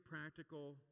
practical